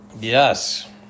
Yes